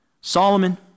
Solomon